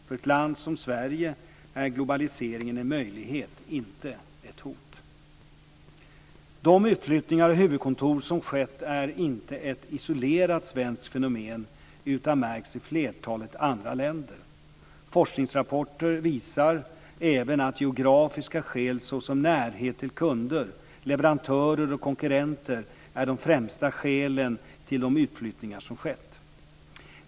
För ett land som Sverige är globaliseringen en möjlighet - inte ett hot. De utflyttningar av huvudkontor som skett är inte ett isolerat svenskt fenomen utan märks i flertalet andra länder. Forskningsrapporter visar även att geografiska skäl såsom närhet till kunder, leverantörer och konkurrenter är de främsta skälen till de utflyttningar som skett.